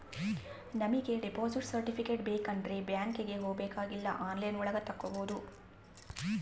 ನಮಿಗೆ deposit certificate ಬೇಕಂಡ್ರೆ ಬ್ಯಾಂಕ್ಗೆ ಹೋಬಾಕಾಗಿಲ್ಲ ಆನ್ಲೈನ್ ಒಳಗ ತಕ್ಕೊಬೋದು